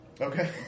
Okay